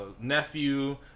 nephew